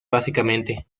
básicamente